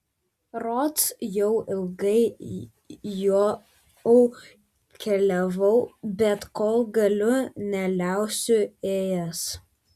rods jau ilgai juo keliavau bet kol galiu neliausiu ėjęs